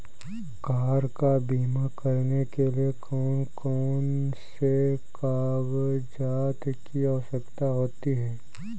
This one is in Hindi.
कार का बीमा करने के लिए कौन कौन से कागजात की आवश्यकता होती है?